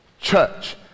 church